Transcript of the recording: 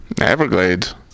Everglades